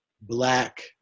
black